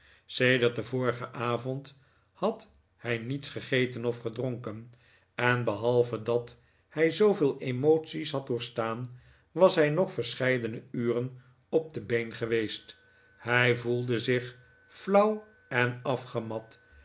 sedert den vorigen avond had hij niets gegeten of gedronken en behalve dat hij zooveel emoties had doorstaan was hij nog verscheidene uren op de been geweest hij voelde zich flauw en afgemat